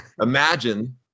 Imagine